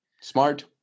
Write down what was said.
Smart